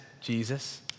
Jesus